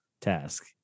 task